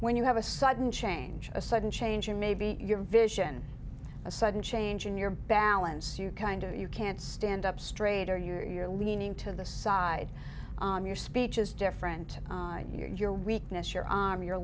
when you have a sudden change a sudden change in maybe your vision a sudden change in your balance you kind of you can't stand up straighter you're leaning to the side of your speech is different your weakness your arm your